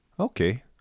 Okay